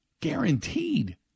Guaranteed